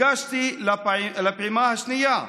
הגשתי לפעימה השנייה,